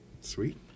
Sweet